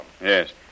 Yes